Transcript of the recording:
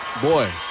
boy